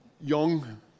young